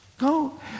No